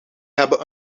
hebben